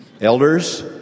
Elders